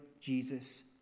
Jesus